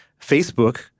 Facebook